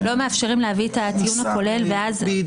אתה אומר שאתה יודע.